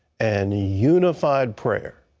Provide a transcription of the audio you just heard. and unified prayer.